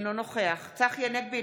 אינו נוכח צחי הנגבי,